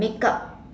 makeup